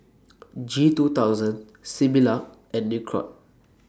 G two thousand Similac and Nicorette